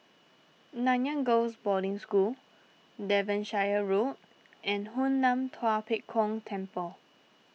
Nanyang Girls' Boarding School Devonshire Road and Hoon Lam Tua Pek Kong Temple